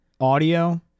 audio